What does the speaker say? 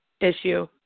issue